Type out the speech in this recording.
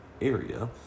area